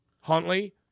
Huntley